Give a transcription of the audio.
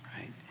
right